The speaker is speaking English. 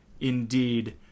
Indeed